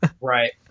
Right